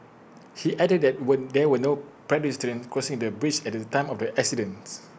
he added that were there were no pedestrians crossing the bridge at the time of the accident